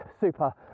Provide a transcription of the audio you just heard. super